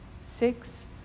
six